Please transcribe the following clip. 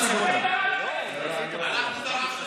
אתם לא התנגדתם.